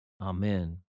Amen